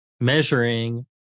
Measuring